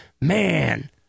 Man